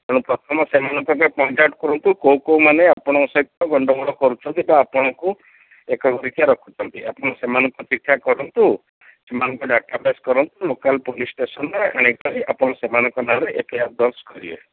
ତେଣୁ ପ୍ରଥମ ସେମାନଙ୍କୁ କଣ୍ଟାକ୍ଟ କରନ୍ତୁ କେଉଁ କେଉଁମାନେ ଆପଣଙ୍କ ସହିତ ଗଣ୍ଡଗୋଳ କରୁଛନ୍ତି ବା ଆପଣଙ୍କୁ ଏକଘରକିଆ ରଖୁଛନ୍ତି ଆପଣ ସେମାନଙ୍କୁ ଦେଖା କରନ୍ତୁ ସେମାନଙ୍କ ଡାଟାବେସ୍ କରନ୍ତୁ ଲୋକାଲ୍ ପୋଲିସ୍ ଷ୍ଟେସନ୍ ଆଣିକରି ଆପଣ ସେମାନଙ୍କ ନାଁରେ ଏଫ୍ ଆଇ ଆର୍ ଦର୍ଜ କରିବେ